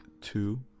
two